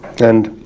and